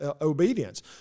obedience